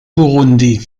burundi